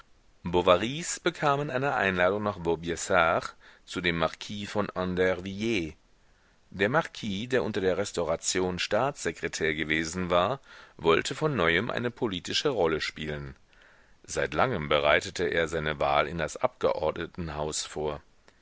bovarys bekamen eine einladung nach vaubyessard zu dem marquis von andervilliers der marquis der unter der restauration staatssekretär gewesen war wollte von neuem eine politische rolle spielen seit langem bereitete er seine wahl in das abgeordnetenhaus vor